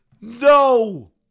No